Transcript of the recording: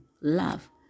love